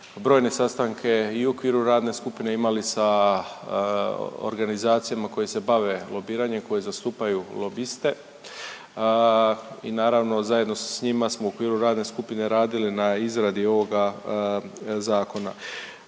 brojne sastanke i u okviru radne skupine imali sa organizacijama koje se bave lobiranjem koje zastupaju lobiste i naravno zajedno s njima smo u okviru radne skupine radili na izradi ovoga zakona.